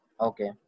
Okay